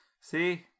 see